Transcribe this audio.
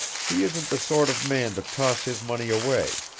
he isn't the sort of man to toss his money away.